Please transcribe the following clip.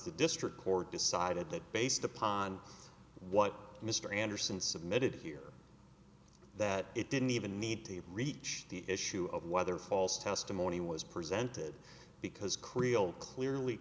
the district court decided that based upon what mr anderson submitted here that it didn't even need to reach the issue of whether false testimony was presented because creel clearly